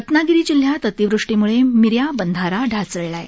रत्नागिरी जिल्ह्यात अतिवृष्टीम्ळे मिऱ्या बंधारा ढासळला आहे